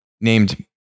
named